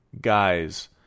guys